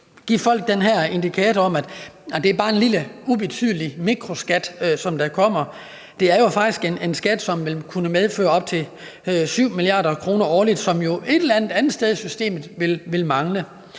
give folk den her indikator om, at det bare er en lille ubetydelig mikroskat, som der kommer. Det er jo faktisk en skat, som vil kunne medføre op til 7 mia. kr. årligt, som jo et eller andet andet sted i systemet vil mangle.